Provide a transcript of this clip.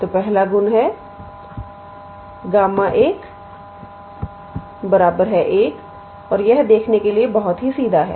तो पहला गुण है Γ 1 और यह देखने के लिए बहुत सीधा है